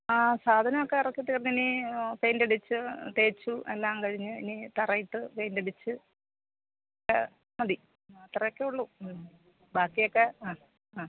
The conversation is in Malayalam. ആ സാധനമൊക്കെ ഇറക്കി തീർന്നിനി പെയിൻ്റടിച്ച് തേച്ചു എല്ലാം കഴിഞ്ഞ് ഇനി തറയിട്ട് പെയിൻ്റടിച്ച് ഒക്കെ മതി അത്രയ്ക്കേ ഉള്ളൂ ബാക്കിയൊക്കെ ആ ആ